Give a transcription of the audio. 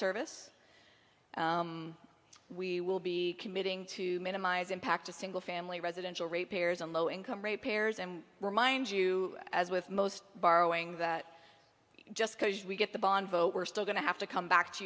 service we will be committing to minimize impact to single family residential repairs and low income repairs and remind you as with most borrowing that just because we get the bond vote we're still going to have to come back to